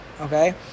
Okay